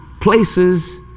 places